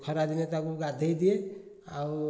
ଖରା ଦିନେ ତାକୁ ଗାଧୋଇ ଦିଏ ଆଉ